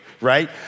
right